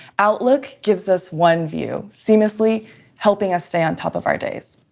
outlook gives us one view seamlessly helping us stay on top of our days.